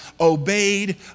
obeyed